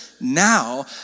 now